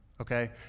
Okay